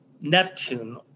Neptune